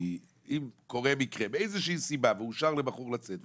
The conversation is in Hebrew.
כי אם קורה מקרה מאיזושהי סיבה ואושר לבחור לצאת,